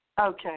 Okay